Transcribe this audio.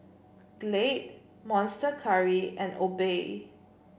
Glade Monster Curry and Obey